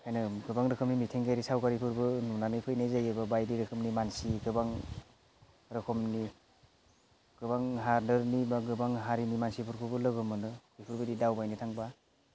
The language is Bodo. बेनिखायनो गोबां रोखोमनि मिथिंगायारि सावगारिफोरबो नुनानै फैनाय जायो बा बायदि रोखोमनि मानसि गोबां रोखोमनि गोबां हादोरनि बा गोबां हारिनि मानसिफोरखौबो लोगो मोनो बेफोरबादि दावबायनो थांबा